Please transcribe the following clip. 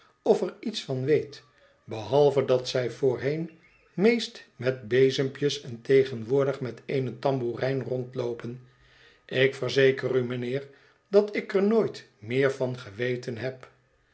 of er iets van weet behalve dat zij voorheen meest met bezempj es en tegenwoordig met eene tamboerijn rondloopen ik verzeker u mijnheer dat ik er nooit meer van geweten heb